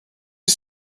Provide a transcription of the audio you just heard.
you